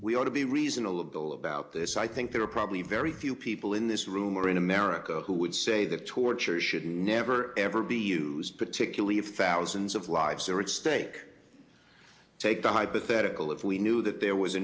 we ought to be reasonable about this i think there are probably very few people in this room or in america who would say that torture should never ever be used particularly if thousands of lives are its stake take the hypothetical if we knew that there was a